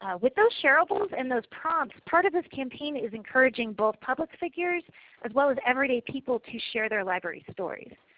with those shareables and those prompts, part of this campaign is encouraging both public figures as well as everyday people to share their library stories.